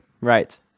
right